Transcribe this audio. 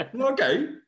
Okay